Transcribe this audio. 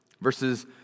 verses